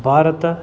Bharat